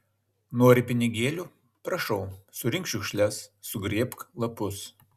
nori pinigėlių prašau surink šiukšles sugrėbk lapus